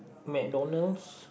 MacDonalds